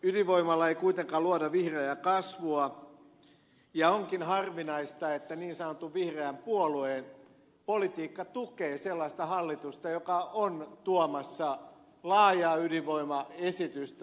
ydinvoimalla ei kuitenkaan luoda vihreää kasvua ja onkin harvinaista että niin sanotun vihreän puolueen politiikka tukee sellaista hallitusta joka on tuomassa laajaa ydinvoimaesitystä eduskuntaan